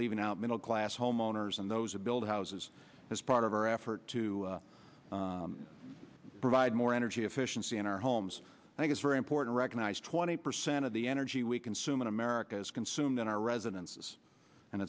leaving out middle class homeowners and those build houses as part of our effort to provide more energy efficiency in our homes and it's very important recognize twenty percent of the energy we consume in america is consumed in our residences and